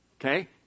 Okay